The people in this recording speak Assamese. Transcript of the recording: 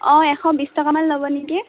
অঁ এশ বিশ টকা মান ল'ব নেকি